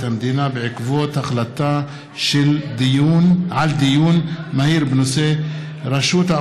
המדינה בעקבות דיון מהיר בהצעתם של חברי הכנסת דב חנין,